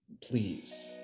please